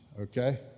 okay